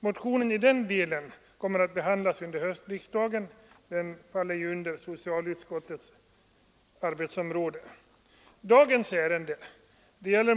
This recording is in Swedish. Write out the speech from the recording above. Motionen i den delen kommer att behandlas under höstriksdagen — den faller ju inom socialutskottets arbetsområde.